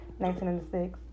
1996